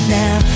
now